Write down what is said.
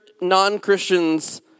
non-Christians